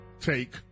Take